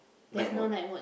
night mode